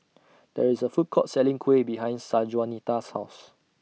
There IS A Food Court Selling Kuih behind Sanjuanita's House